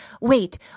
wait